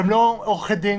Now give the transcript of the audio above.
הם לא עורכי דין,